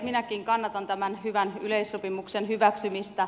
minäkin kannatan tämän hyvän yleissopimuksen hyväksymistä